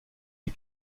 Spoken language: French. des